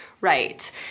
right